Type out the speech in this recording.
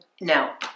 now